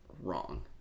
wrong